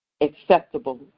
acceptable